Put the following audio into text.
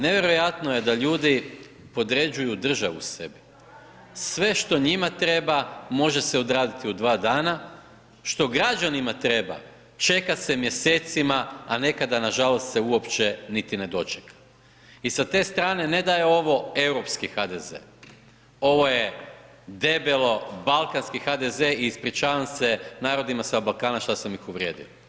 Nevjerojatno je da ljudi podređuju državu sebi, sve što njima treba može se odraditi u dva dana, što građanima treba čeka se mjesecima, a nekada na žalost se uopće niti ne dočeka i sa te strane ne da je ovo europski HDZ, ovo je debelo balkanski HDZ i ispričavam se narodima sa Balkana što sam ih uvrijedio.